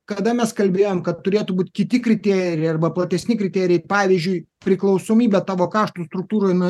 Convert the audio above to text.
kada mes kalbėjom kad turėtų būt kiti kriterijai arba platesni kriterijai pavyzdžiui priklausomybė tavo kaštų struktūroj nuo